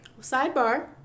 Sidebar